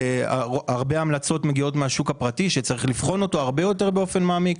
הרבה המלצות מגיעות מהשוק הפרטי שיש לבחון אותו הרבה יותר באופן מעמיק.